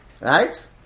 Right